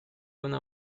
una